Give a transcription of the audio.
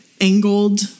angled